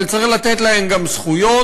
אבל צריך לתת להם גם זכויות,